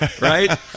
right